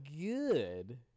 good